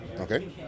okay